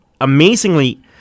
amazingly